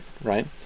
right